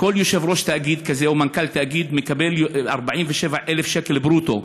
כל יושב-ראש תאגיד כזה או מנכ"ל תאגיד מקבל 47,000 שקל ברוטו,